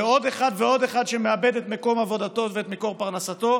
ועוד אחד ועוד אחד מאבד את מקום עבודתו ואת מקור פרנסתו,